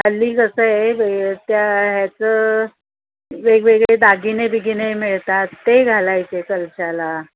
हल्ली कसं आहे वे त्या ह्याचं वेगवेगळे दागिने बिगिने मिळतात ते घालायचे कलशाला